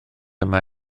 yna